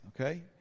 okay